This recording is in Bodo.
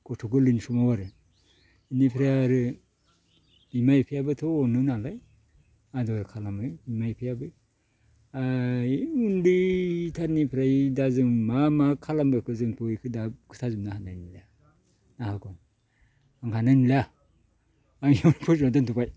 गथ' गोरलैनि समाव आरो इनिफ्राय आरो बिमा बिफायाबोथ' अनो नालाय आदर खालामो बिमा बिफायाबो उन्दैथारनिफ्राय दा जों मा मा खालामबोखो जोंथ' इखो दा खोथाजोबनो हानाय नंलिया आगन आं हानाय नंलिया आं एसेयावनो फोजोबना दोनथ'बाय